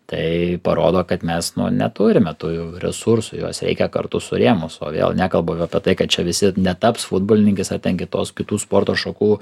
tai parodo kad mes neturime tų resursų juos reikia kartu surėmus o vėl nekalbu apie tai kad čia visi netaps futbolininkais ar ten kitos kitų sporto šakų